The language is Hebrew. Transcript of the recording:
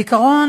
בעיקרון,